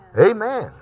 Amen